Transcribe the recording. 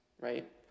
Right